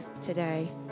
today